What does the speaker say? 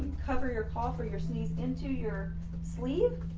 cover your call for your sneeze into your sleeve.